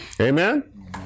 Amen